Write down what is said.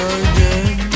again